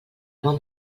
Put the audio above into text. bon